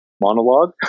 monologue